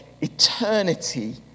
eternity